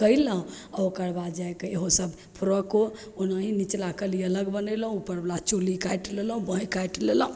कएलहुँ आओर ओकरबाद जाके इहोसब फ्रॉको ओनाहि ई निचला कली अलग बनेलहुँ उपरवला चोली काटि लेलहुँ बाँहि काटि लेलहुँ